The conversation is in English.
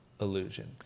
illusion